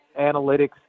analytics